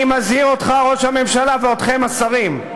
אני מזהיר אותך, ראש הממשלה, ואתכם, השרים: